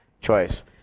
choice